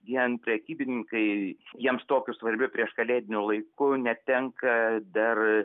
vien prekybininkai jiems tokiu svarbiu prieškalėdiniu laiku netenka dar